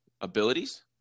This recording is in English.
abilities